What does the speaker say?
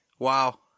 Wow